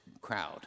crowd